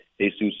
Jesus